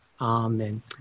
Amen